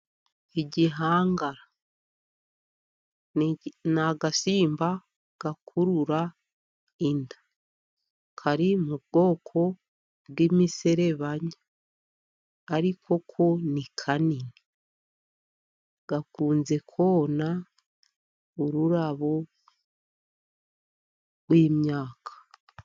Igihangara ni agasimba gakurura inda, kari mu bwoko bw'imiserebanya ariko ko ni kanini, gakunze kona ururabo w'imyaka.